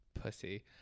Pussy